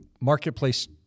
marketplace